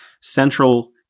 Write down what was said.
central